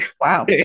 wow